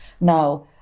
Now